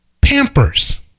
Pampers